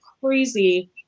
crazy